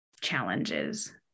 challenges